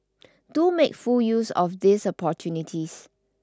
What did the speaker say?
do make full use of these opportunities